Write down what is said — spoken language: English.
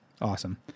awesome